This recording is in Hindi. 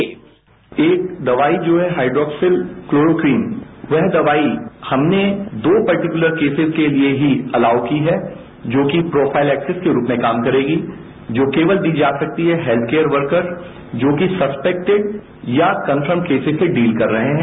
साउंड बाईट एक दवाई जो है हाइड्रोक्सिल क्लोरीक्लीन वह दवाई हमने दो पर्टिक्लर केसेज के लिए ही अलाऊ की है जोकि प्रोफाईल एक्सेस के रूप में काम करेगी जो केवल दी जा सकती है हेत्थकेयर वर्कर जो कि सस्पेक्टेड कन्फर्म केस से डील कर रहे हैं